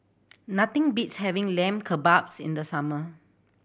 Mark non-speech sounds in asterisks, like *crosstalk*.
*noise* nothing beats having Lamb Kebabs in the summer